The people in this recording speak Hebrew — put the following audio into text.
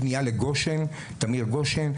פנייה לתמיר גושן,